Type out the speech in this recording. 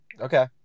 Okay